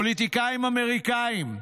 פוליטיקאים אמריקאים,